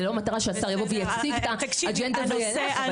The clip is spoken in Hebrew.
זה לא המטרה שהשר יבוא ויציג את האג'נדה וילך.